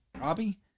Robbie